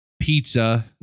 pizza